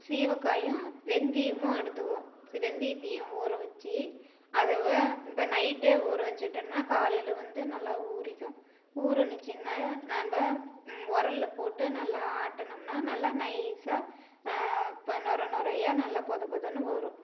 சீகைக்காயும் வெந்தையமும் எடுத்துக்குவோம் வெந்தையத்தையும் ஊற வச்சி அதை வ இப்போ நைட்டே ஊற வச்சிட்டோன்னா காலையில் வந்து நல்லா ஊறிக்கும் ஊறுச்சின்னா நம்ம உரல்ல போட்டு நல்லா ஆட்டுனோம்னால் நல்லா நைஸாக ப நொரை நொரையாக நல்லா பொதபொதன்னு வரும்